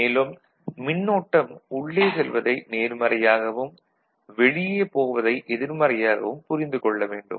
மேலும் மின்னோட்டம் உள்ளே செல்வதை நேர்மறையாகவும் வெளியே போவதை எதிர்மறையாகவும் புரிந்து கொள்ள வேண்டும்